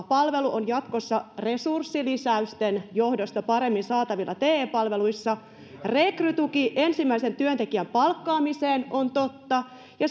palvelu on jatkossa resurssilisäysten johdosta paremmin saatavilla te palveluissa rekrytuki ensimmäisen työntekijän palkkaamiseen on totta ja